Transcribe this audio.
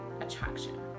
attraction